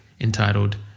entitled